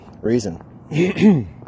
Reason